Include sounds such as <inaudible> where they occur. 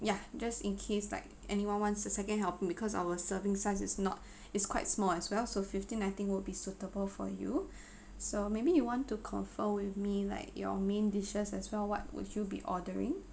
ya just in case like anyone wants a second helping because our serving size is not is quite small as well so fifteen I think would be suitable for you <breath> so maybe you want to confirm with me like your main dishes as well what would you be ordering